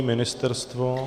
Ministerstvo?